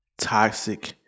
toxic